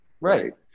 Right